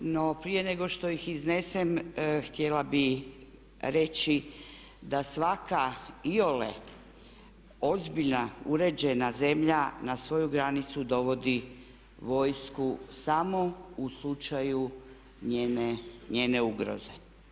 No prije nego što ih iznesem htjela bih reći da svaka iole ozbiljna uređena zemlja na svoju granicu dovodi vojsku samo u slučaju njene ugroze.